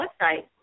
website